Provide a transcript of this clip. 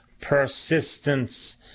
persistence